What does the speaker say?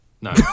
no